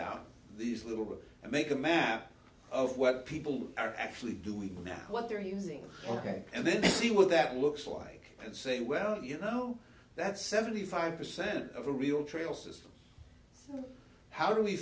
out this little bit and make a map of what people are actually doing what they're using ok and then see what that looks like and say well you know that's seventy five percent of a real trail system how do we